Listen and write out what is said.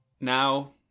Now